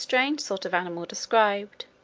strange sort of animal, described.